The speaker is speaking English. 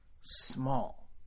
small